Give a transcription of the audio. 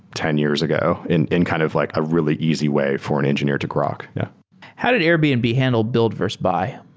ten years ago in in kind of like a really easy way for an engineer to grok. yeah how did airbnb and handle build verse buy?